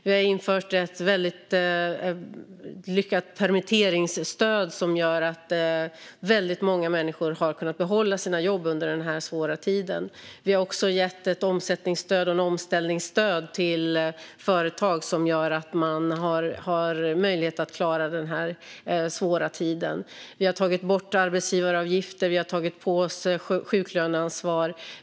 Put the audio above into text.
Vi har infört ett väldigt lyckat permitteringsstöd, som gör att många människor har kunnat behålla sina jobb under denna svåra tid. Vi har också gett ett omsättningsstöd och ett omställningsstöd till företag, vilket gör att de har möjlighet att klara denna svåra tid. Vi har tagit bort arbetsgivaravgifter. Vi har tagit på oss sjuklöneansvar.